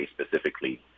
specifically